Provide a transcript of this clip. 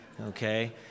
Okay